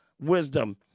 wisdom